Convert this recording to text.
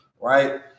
right